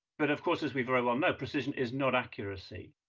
but of course, as we very well know, precision is not accuracy.